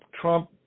Trump